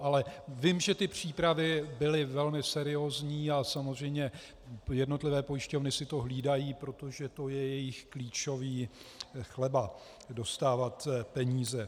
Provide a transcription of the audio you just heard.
Ale vím, že ty přípravy byly velmi seriózní, a samozřejmě jednotlivé pojišťovny si to velmi hlídají, protože to je jejich klíčový chleba, dostávat peníze.